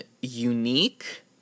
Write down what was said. unique